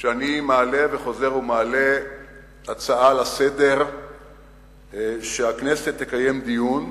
שאני מעלה וחוזר ומעלה הצעה לסדר-היום שהכנסת תקיים דיון,